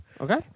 Okay